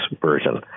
version